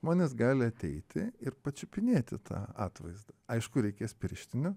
žmonės gali ateiti ir pačiupinėti tą atvaizdą aišku reikės pirštinių